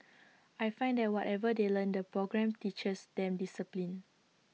I find that whatever they learn the programme teaches them discipline